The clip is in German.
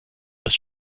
das